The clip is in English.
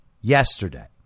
yesterday